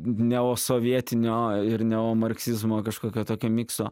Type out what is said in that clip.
neosovietinio ir neomarksizmo kažkokio tokio mikso